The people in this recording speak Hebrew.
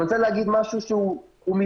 אני רוצה להגיע למשהו שהוא מלמעלה.